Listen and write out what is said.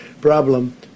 problem